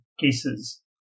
cases